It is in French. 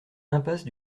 impasse